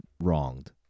wronged